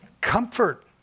comfort